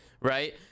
right